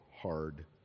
hard